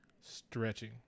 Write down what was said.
stretching